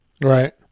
Right